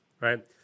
right